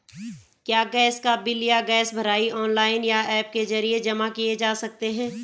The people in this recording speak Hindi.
क्या गैस का बिल या गैस भराई ऑनलाइन या ऐप के जरिये जमा किये जा सकते हैं?